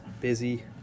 busy